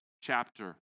chapter